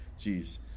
Jeez